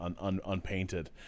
unpainted